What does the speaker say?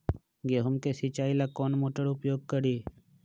गेंहू के सिंचाई ला कौन मोटर उपयोग करी?